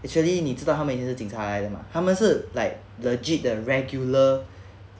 actually 你知道他们以前是警察来的吗他们是 like legit 的 regular